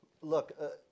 look